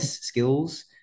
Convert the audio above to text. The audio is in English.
skills